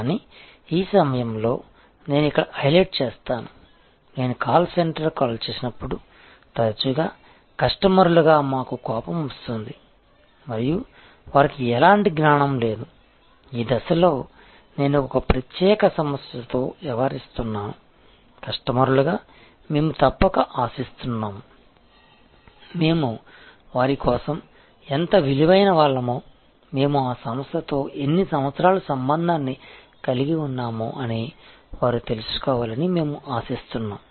కానీ ఈ సమయంలో నేను ఇక్కడ హైలైట్ చేస్తాను నేను కాల్ సెంటర్కు కాల్ చేసినప్పుడు తరచుగా కస్టమర్లుగా మాకు కోపం వస్తుంది మరియు వారికి ఎలాంటి జ్ఞానం లేదు ఈ దశలో నేను ఒక ప్రత్యేక సమస్యతో వ్యవహరిస్తున్నాను కస్టమర్లుగా మేము తప్పక ఆశిస్తున్నాము మేము వారి కోసం ఎంత విలువైనవాళ్లమో మేము ఆ సంస్థతో ఎన్ని సంవత్సరాల సంబంధాన్ని కలిగి ఉన్నామో అని వారు తెలుసుకోవాలి అని మేము ఆశిస్తున్నాము